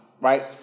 Right